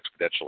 exponentially